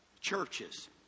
churches